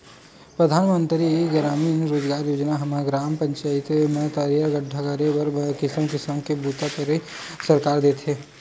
परधानमंतरी रास्टीय गरामीन रोजगार योजना म ग्राम पचईत म तरिया गड्ढ़ा करे के बर किसम किसम के बूता बर पइसा सरकार देथे